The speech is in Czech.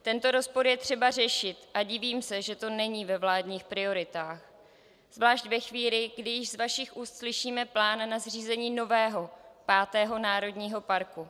Tento rozpor je třeba řešit a divím se, že to není ve vládních prioritách, zvláště ve chvíli, kdy již z vašich úst slyšíme plán na zřízení nového, pátého národního parku.